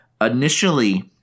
initially